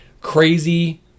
crazy